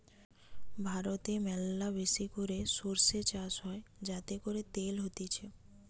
ভারতে ম্যালাবেশি করে সরষে চাষ হয় যাতে করে তেল হতিছে